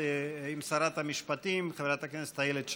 עם שרת המשפטים חברת הכנסת איילת שקד.